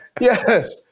Yes